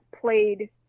played